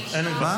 אומנותם.